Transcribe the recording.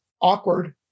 awkward